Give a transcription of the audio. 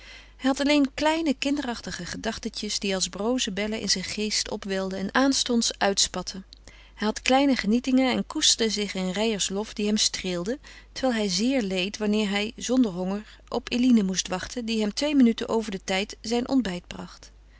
had alleen kleine kinderachtige gedachtetjes die als broze bellen in zijn geest opwelden en aanstonds uitspatteden hij had kleine genietingen en koesterde zich in reijers lof die hem streelde terwijl hij zeer leed wanneer hij zonder honger op eline moest wachten die hem twee minuten over den tijd zijn ontbijt bracht